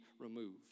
removed